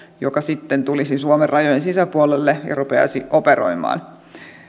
joka sitten tulisi suomen rajojen sisäpuolelle ja rupeaisi operoimaan